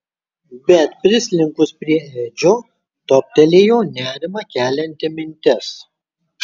bet prislinkus prie edžio toptelėjo nerimą kelianti mintis